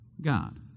God